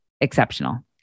exceptional